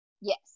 Yes